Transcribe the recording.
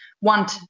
want